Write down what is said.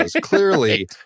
clearly